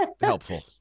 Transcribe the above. helpful